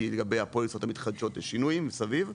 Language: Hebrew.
לגבי הפוליסות המתחדשות יש שינויים מסביב,